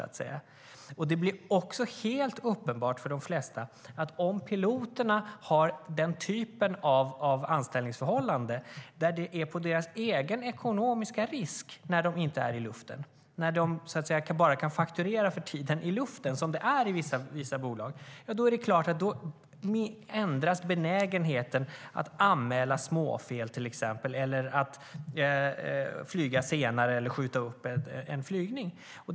Dessutom blir det för de flesta helt uppenbart att om piloterna har den typen av anställningsförhållande att det är en ekonomisk risk när de inte är i luften - eftersom de bara kan fakturera för tiden i luften, som det är i vissa bolag - ändras förstås benägenheten att anmäla småfel eller att flyga senare eller skjuta upp en flygning.